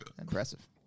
Impressive